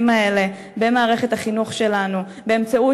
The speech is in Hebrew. האלה במערכת החינוך שלנו באמצעות,